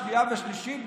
שנייה ושלישית בקרוב.